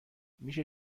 میشه